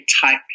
type